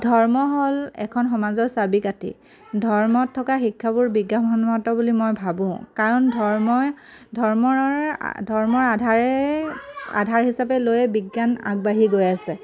ধৰ্ম হ'ল এখন সমাজৰ চাবী কাঠি ধৰ্মত থকা শিক্ষাবোৰ বিজ্ঞানসন্মত বুলি মই ভাবোঁ কাৰণ ধৰ্মই ধৰ্মৰ ধৰ্মৰ আধাৰে আধাৰ হিচাপে লৈয়ে বিজ্ঞান আগবাঢ়ি গৈ আছে